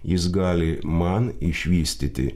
jis gali man išvystyti